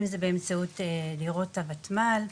אם זה בנושא דירות הוותמ"ל,